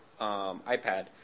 iPad